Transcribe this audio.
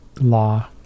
law